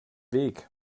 weg